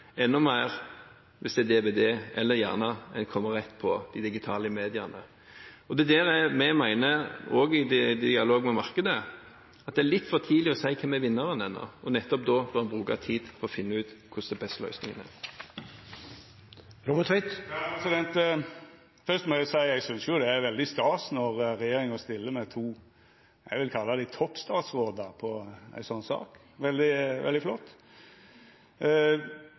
enda mer hvis det er dvd eller at en kommer rett på de digitale mediene. Og det er der vi mener, også i dialog med markedet, at det er litt for tidlig å si hvem som er vinneren, og nettopp da bør en bruke tid på å finne ut hva som er de beste løsningene. Først må eg seia at eg synest det er veldig stas når regjeringa stiller med det eg vil kalla to toppstatsråder i ei slik sak. Det er veldig flott.